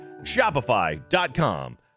Shopify.com